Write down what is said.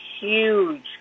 huge